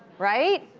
right?